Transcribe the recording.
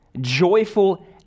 Joyful